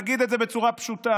נגיד את זה בצורה פשוטה: